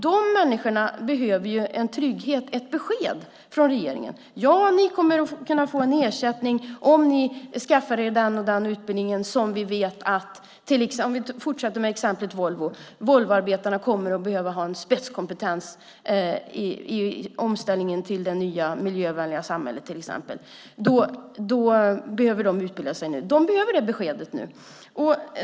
De människorna behöver ett besked från regeringen: Ja, ni kommer att få en ersättning om ni skaffar er den och den utbildningen - låt oss fortsätta med exemplet Volvo - därför att Volvoarbetarna kommer att behöva ha en spetskompetens i omställningen till det nya miljövänliga samhället till exempel och behöver utbilda sig. Människor behöver det beskedet.